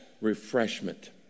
refreshment